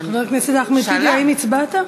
חבר הכנסת אחמד טיבי, האם הצבעת?